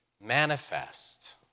manifest